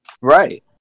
Right